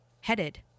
headed